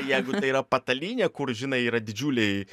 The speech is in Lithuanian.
jeigu tai yra patalynė kur žinai yra didžiuliai